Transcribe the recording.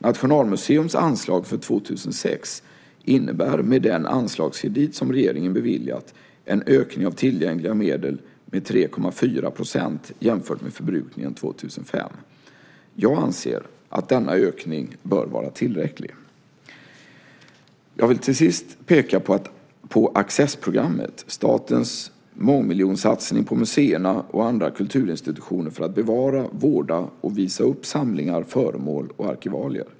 Nationalmuseums anslag för 2006 innebär, med den anslagskredit som regeringen beviljat, en ökning av tillgängliga medel med 3,4 % jämfört med förbrukningen 2005. Jag anser att denna ökning bör vara tillräcklig. Jag vill till sist peka på Accessprogrammet, statens mångmiljonsatsning på museerna och andra kulturinstitutioner för att bevara, vårda och visa upp samlingar, föremål och arkivalier.